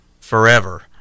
forever